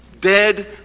dead